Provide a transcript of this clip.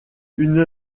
une